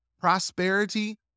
prosperity